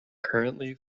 currently